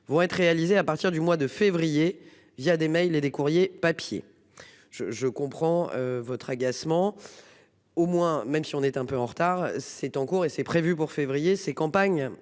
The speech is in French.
Vont être réalisées à partir du mois de février, via des mails et des courriers papiers je je comprends votre agacement. Au moins, même si on est un peu en retard, c'est en cours et c'est prévu pour février. Ces campagnes